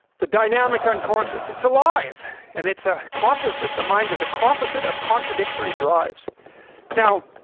the dynamic unconscious it's alive and it's a compass that the mind is a composite of contradictory drives now